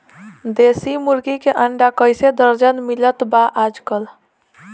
देशी मुर्गी के अंडा कइसे दर्जन मिलत बा आज कल?